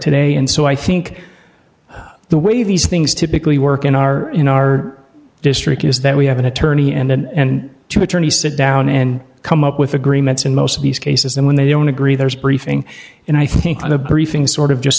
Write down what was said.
today and so i think the way these things typically work in our in our district is that we have an attorney and two attorneys sit down and come up with agreements and most of these cases and when they don't agree there's a briefing and i think on a briefing sort of just